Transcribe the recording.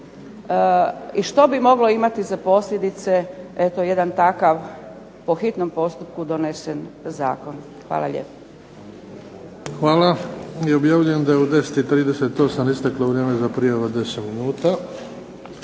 i što bi moglo imati za posljedice eto jedan takav po hitnom postupku donesen zakon. Hvala lijepo. **Bebić, Luka (HDZ)** Hvala. I objavljujem da je u 10,38 isteklo vrijeme za prijavu od 10 minuta.